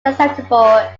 acceptable